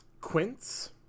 Quince